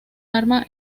arma